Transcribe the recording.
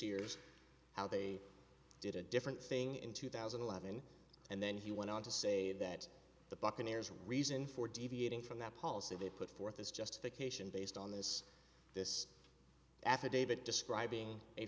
years how they did a different thing in two thousand and eleven and then he went on to say that the buccaneers reason for deviating from that policy they put forth as justification based on this this affidavit describing a